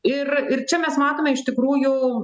ir ir čia mes matome iš tikrųjų